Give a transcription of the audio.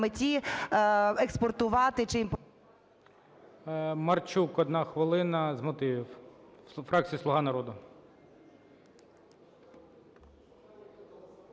меті експортувати чи імпортувати…